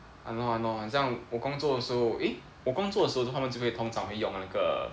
!hannor! !hannor! 很像我工作的时候 eh 我工作的时候他们只会通常会用那个